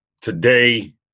today